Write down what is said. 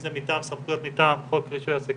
אם זה מטעם חוק רישוי עסקים,